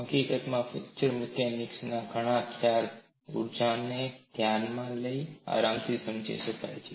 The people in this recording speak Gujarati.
હકીકતમાં ફ્રેક્ચર મિકેનિક્સ ના ઘણા ખ્યાલ ઊર્જા ને ધ્યાને લઈ આરામ થી સમજી શકાય છે